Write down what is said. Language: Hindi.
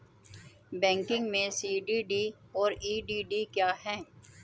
बैंकिंग में सी.डी.डी और ई.डी.डी क्या हैं?